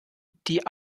die